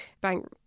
bank